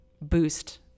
boost